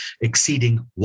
exceeding